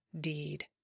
deed